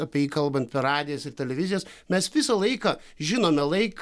apie jį kalbant per radijas ir televizijas mes visą laiką žinome laiką